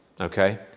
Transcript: Okay